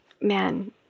man